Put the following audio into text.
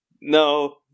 No